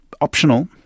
optional